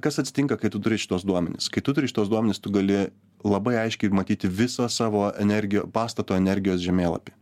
kas atsitinka kai tu turi šituos duomenis kai tu turi šituos duomenis tu gali labai aiškiai matyti visą savo energiją pastato energijos žemėlapį